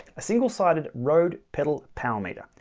a single sided road pedal power meter.